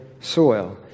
soil